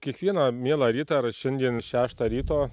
kiekvieną mielą rytą ir šiandien šeštą ryto